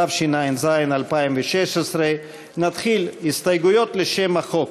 התשע"ז 2016. נתחיל בהסתייגויות לשם החוק,